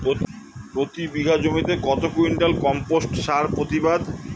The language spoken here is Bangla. প্রতি বিঘা জমিতে কত কুইন্টাল কম্পোস্ট সার প্রতিবাদ?